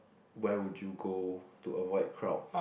where would you go to avoid crowds